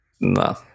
No